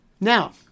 Now